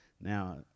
now